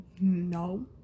No